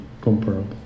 comparable